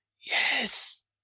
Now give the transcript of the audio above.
yes